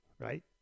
right